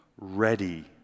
ready